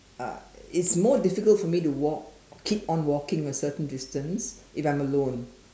uh it's more difficult for me to walk keep on walking a certain distance if I'm alone